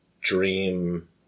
dream